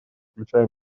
включая